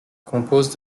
compose